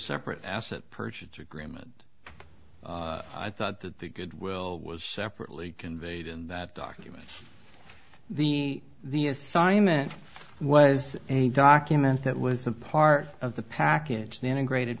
separate asset purchase agreement i thought that the goodwill was separately conveyed in that document the the assignment was a document that was a part of the package an integrated